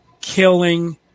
killing